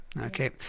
okay